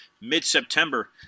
mid-September